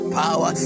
power